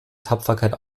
tapferkeit